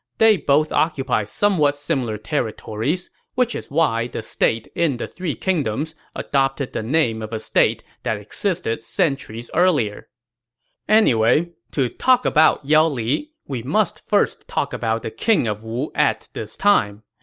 they both occupy somewhat similar territories, which is why the state in the three kingdoms adopted the name of a state that existed centuries before anyway, to talk about yao li, we must first talk about the king of wu at this time.